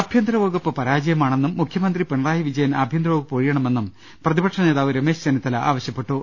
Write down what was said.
ആഭ്യന്തരവകുപ്പ് പരാജയമാണെന്നും മുഖ്യമന്ത്രി പിണറായി വിജയൻ ആഭ്യന്തരവകുപ്പ് ഒഴിയണമെന്നും പ്രതിപക്ഷ നേതാവ് രമേശ് ചെന്നിത്തല ആവശ്യപ്പെട്ടു